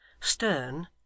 stern